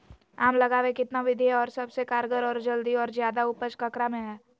आम लगावे कितना विधि है, और सबसे कारगर और जल्दी और ज्यादा उपज ककरा में है?